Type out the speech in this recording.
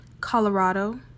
Colorado